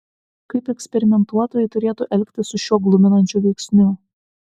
kaip eksperimentuotojai turėtų elgtis su šiuo gluminančiu veiksniu